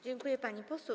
Dziękuję, pani poseł.